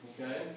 okay